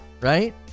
Right